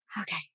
Okay